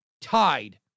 tied